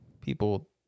people